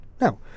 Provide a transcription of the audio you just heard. Now